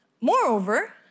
Moreover